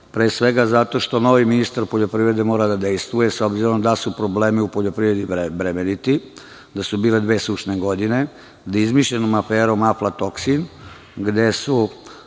pre svega što novi ministar poljoprivrede mora da dejstvuje, s obzirom da su problemi u poljoprivredi bremeniti, da su bile dve sušne godine, da je izmišljenom aferom aflatoksin, gde su